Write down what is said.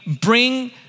bring